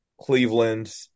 Cleveland